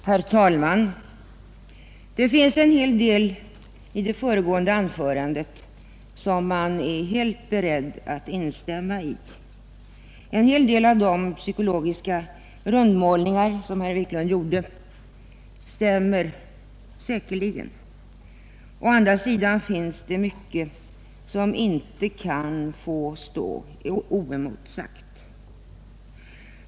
Herr talman! En hel del av det som sades i det föregående anförandet är jag helt beredd att instämma i; många av de psykologiska rundmålningar som herr Wiklund i Stockholm gjorde stämmer säkerligen. Å andra sidan sade han mycket som inte kan få stå oemotsagt.